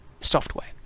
software